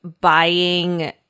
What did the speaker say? buying